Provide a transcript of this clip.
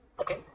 okay